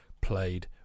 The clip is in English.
played